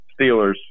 Steelers